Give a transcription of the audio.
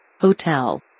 Hotel